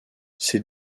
ces